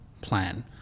plan